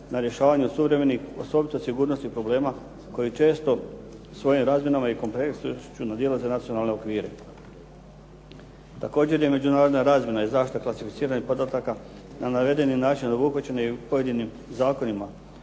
na rješavanju suvremenih osobito sigurnosnih problema koji često svojim razmjenama i kompleksnošću nadilaze nacionalne okvire. Također je međunarodna razmjena i zaštita klasificiranih podataka na navedeni način obuhvaćena i u pojedinim zakonima